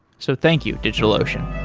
so thank you, digitalocean